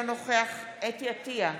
אינו נוכח חוה אתי עטייה,